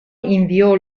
inviò